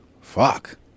Fuck